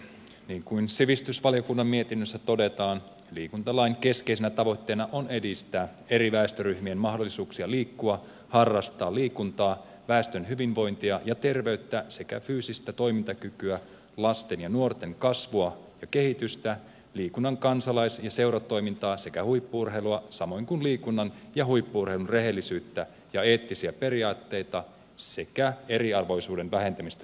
niin kuin sivistysvaliokunnan mietinnössä todetaan liikuntalain keskeisenä tavoitteena on edistää eri väestöryhmien mahdollisuuksia liikkua harrastaa liikuntaa väestön hyvinvointia ja terveyttä sekä fyysistä toimintakykyä lasten ja nuorten kasvua ja kehitystä liikunnan kansalais ja seuratoimintaa sekä huippu urheilua samoin kuin liikunnan ja huippu urheilun rehellisyyttä ja eettisiä periaatteita sekä eriarvoisuuden vähentämistä liikunnassa